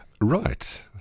Right